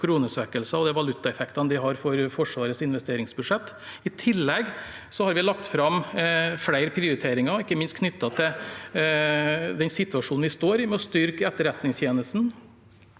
de valutaeffektene det har for Forsvarets investeringsbudsjett. I tillegg har vi lagt fram flere prioriteringer, ikke minst knyttet til den situasjonen vi står i, med å styrke Etterretningstjenesten,